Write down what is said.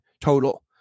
total